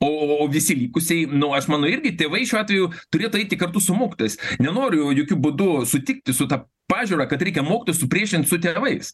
o visi likusieji nu aš manau irgi tėvai šiuo atveju turėtų eiti kartu su mokytojais nenoriu jokiu būdu sutikti su ta pažiūra kad reikia mokytojus supriešint su tėvais